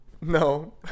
No